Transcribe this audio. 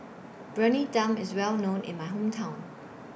Briyani Dum IS Well known in My Hometown